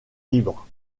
libre